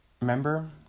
Remember